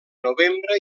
novembre